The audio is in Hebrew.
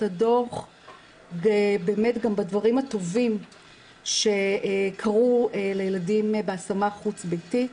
הדו"ח בדברים הטובים שקרו לילדים בהשמה החוץ ביתית.